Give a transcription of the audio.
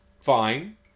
fine